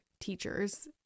teachers